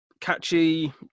Catchy